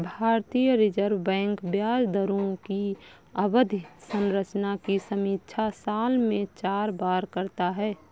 भारतीय reserve bank ब्याज दरों की अवधि संरचना की समीक्षा साल में चार बार करता है